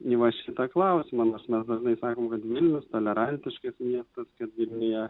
į va šitą klausimą nors mes dažnai sakom kad vilnius tolerantiškas miestas kad vilniuje